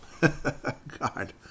God